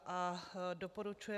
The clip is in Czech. a) doporučuje